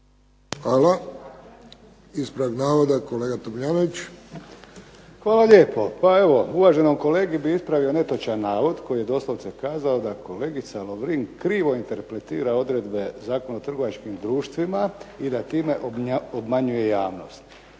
Hvala. Ispravak navoda kolega Tomljanović. **Tomljanović, Emil (HDZ)** Hvala lijepo. Pa evo uvaženom kolegi bi ispravio netočan navod koji je doslovce kazao da kolegica Lovrin krivo interpretira odredbe Zakona o trgovačkim društvima i da time obmanjuje javnost.